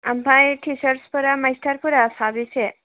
ओमफ्राय टिचार्सफोरा मास्टारफोरा साबैसे